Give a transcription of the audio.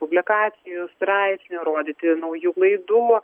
publikacijų straipsnių rodyti naujų laidų